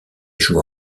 joua